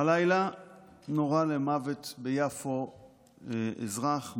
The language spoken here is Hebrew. הלילה נורה למוות ביפו אזרח,